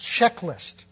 checklist